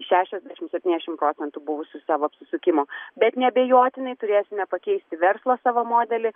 šešiasdešim septyniasdešim procentų buvusių savo apsisukimų bet neabejotinai turėsime pakeisti verslo savo modelį